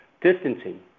distancing